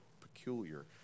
peculiar